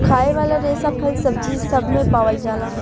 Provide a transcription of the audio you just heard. खाए वाला रेसा फल, सब्जी सब मे पावल जाला